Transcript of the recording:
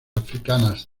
africanas